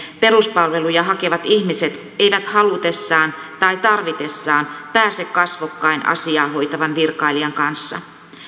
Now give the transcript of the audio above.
peruspalveluja hakevat ihmiset eivät halutessaan tai tarvitessaan pääse kasvokkain asiaa hoitavan virkailijan kanssa